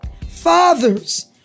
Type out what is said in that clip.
Fathers